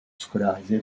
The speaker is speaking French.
scolarisé